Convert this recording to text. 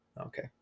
Okay